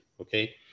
okay